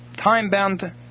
time-bound